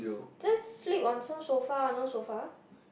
just sleep on some sofa no sofa